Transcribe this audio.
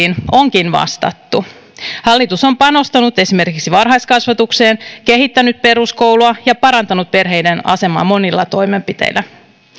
esittämiin ongelmakohtiin onkin vastattu hallitus on panostanut esimerkiksi varhaiskasvatukseen kehittänyt peruskoulua ja parantanut perheiden asemaa monilla toimenpiteillä